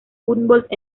humboldt